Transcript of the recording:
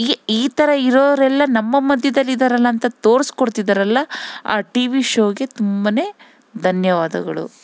ಈ ಈ ಥರ ಇರೋರೆಲ್ಲ ನಮ್ಮ ಮಧ್ಯದಲ್ಲಿದಾರಲ್ಲ ಅಂತ ತೋರಿಸ್ಕೊಡ್ತಿದ್ದಾರಲ್ಲ ಆ ಟಿ ವಿ ಶೋಗೆ ತುಂಬ ಧನ್ಯವಾದಗಳು